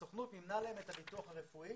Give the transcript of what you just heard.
הסוכנות מימנה להם את הביטוח הרפואי.